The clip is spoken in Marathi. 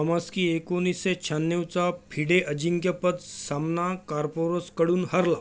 कमॉस्की एकोणीसशे शहाण्णवचा फिडे अजिंक्यपद सामना कार्पोरसकडून हरला